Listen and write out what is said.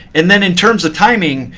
and then in terms of timing,